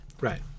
right